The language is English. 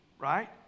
right